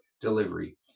delivery